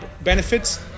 benefits